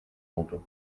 oldu